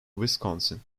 wisconsin